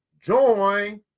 join